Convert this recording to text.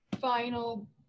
final